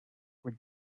were